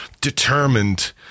determined